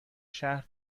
شهر